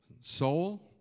soul